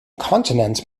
continents